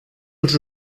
als